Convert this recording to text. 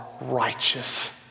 righteous